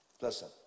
listen